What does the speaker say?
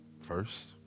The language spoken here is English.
first